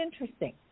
interesting